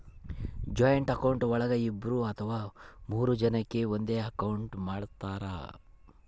joint account ಒಳಗ ಇಬ್ರು ಅಥವಾ ಮೂರು ಜನಕೆ ಒಂದೇ ಅಕೌಂಟ್ ಮಾಡಿರ್ತರಾ